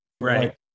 right